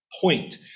point